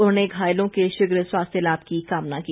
उन्होंने घायलों के शीघ्र स्वास्थ्य लाभ की कामना की